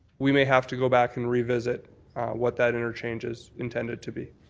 we may have to go back and revisit what that interchange is intended to be.